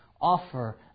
offer